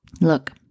look